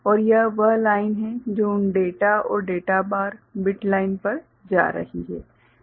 और यह वह लाइन है जो उन डेटा और डेटा बार बिट लाइन पर जा रही है